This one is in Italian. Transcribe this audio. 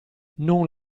non